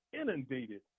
inundated